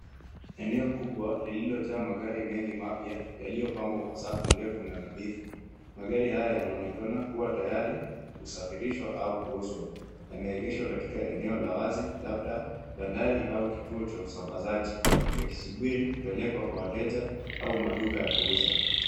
Eneo kubwa liliojaa magari mengi mapya yaliyopangwa kwa safu ndefu na nadhifu. Magari haya yanaonekana kuwa tayari kusafirishwa au kuuzwa. Yameegeshwa katika eneo la wazi labda bandari au kituo cha usambazaji, yakisubiri kupelekwa kwa wateja au maduka ya kuuzwa.